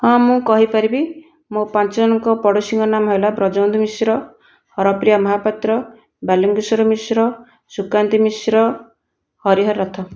ହଁ ମୁଁ କହିପାରିବି ମୋ' ପାଞ୍ଚ ଜଣଙ୍କ ପଡୋଶୀଙ୍କ ନାମ ହେଲା ବ୍ରଜବନ୍ଧୁ ମିଶ୍ର ହରପ୍ରିୟା ମହାପାତ୍ର ବାଲୁଙ୍କେଶ୍ୱର ମିଶ୍ର ସୁକାନ୍ତି ମିଶ୍ର ହରିହର ରଥ